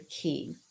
key